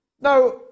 Now